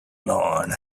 lawn